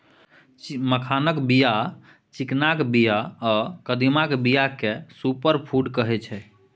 मखानक बीया, चिकनाक बीया आ कदीमाक बीया केँ सुपर फुड कहै छै